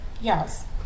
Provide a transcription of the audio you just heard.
yes